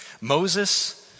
Moses